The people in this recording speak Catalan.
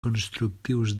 constructius